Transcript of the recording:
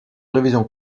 révision